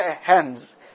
hands